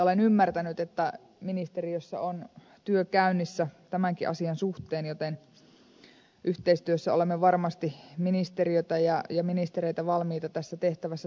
olen ymmärtänyt että ministeriössä on työ käynnissä tämänkin asian suhteen joten yhteistyössä olemme varmasti ministeriötä ja ministereitä valmiita tässä tehtävässä tukemaan